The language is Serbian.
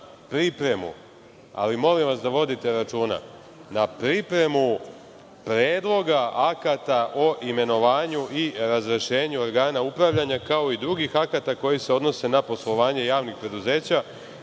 ali, molim vas da vodite računa, na pripremu predloga akata o imenovanju i razrešenju organa upravljanja, kao i drugih akata koji se odnose na poslovanje javnih preduzeća